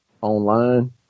online